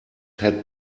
had